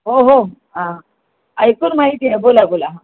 हो हो ऐकून माहीत आहे बोला बोला